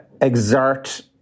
exert